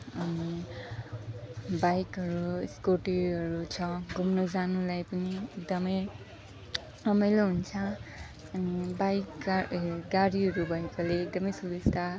अनि बाइकहरू स्कुटीहरू छ घुम्नु जानुलाई पनि एकदमै रमाइलो हुन्छ अनि बाइक कार गाडीहरू भएकोले एकदमै सुबिस्ता